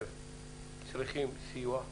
צריכים סיוע בשגרה.